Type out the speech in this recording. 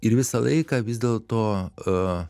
ir visą laiką vis dėlto